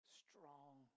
strong